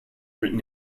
written